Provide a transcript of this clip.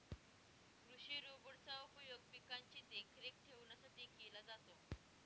कृषि रोबोट चा उपयोग पिकांची देखरेख ठेवण्यासाठी केला जातो